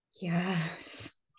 Yes